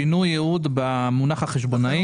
שינוי יעוד במונח החשבונאי.